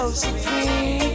supreme